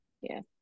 Yes